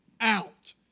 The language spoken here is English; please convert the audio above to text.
out